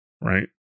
Right